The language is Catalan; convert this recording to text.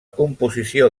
composició